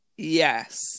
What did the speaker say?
Yes